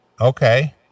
Okay